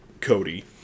Cody